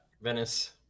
venice